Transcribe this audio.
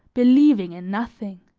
believing in nothing.